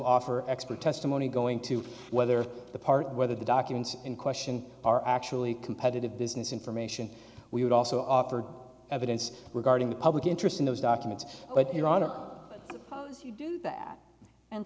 offer expert testimony going to whether the part whether the documents in question are actually competitive business information we would also offered evidence regarding the public interest in those documents but your honor you do that and